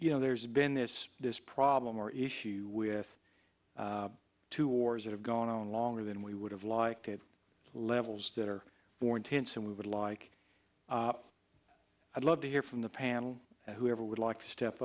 you know there's been this this problem or issue with two wars that have gone on longer than we would have liked at levels that are borne tints and we would like i'd love to hear from the panel whoever would like to step